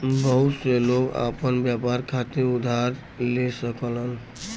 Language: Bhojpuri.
बहुत से लोग आपन व्यापार खातिर उधार ले सकलन